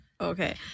Okay